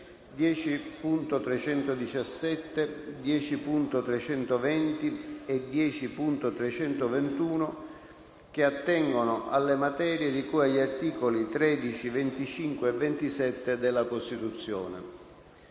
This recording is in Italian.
10.317, 10.320 e 10.321, che attengono alle materie di cui agli articoli 13, 25 e 27 della Costituzione.